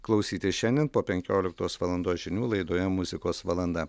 klausytis šiandien po penkioliktos valandos žinių laidoje muzikos valanda